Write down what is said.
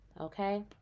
okay